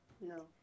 No